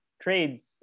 trades